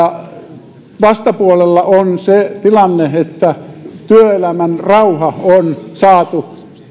ja vastapuolella on se tilanne että työelämän rauha on saatu